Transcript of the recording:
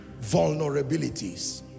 vulnerabilities